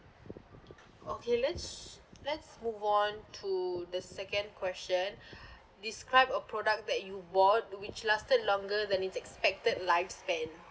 okay let's let's move on to the second question describe a product that you bought which lasted longer than its expected lifespan